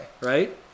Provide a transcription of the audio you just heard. right